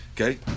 Okay